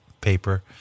paper